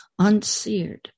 unseared